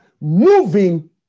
moving